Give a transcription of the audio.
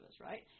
right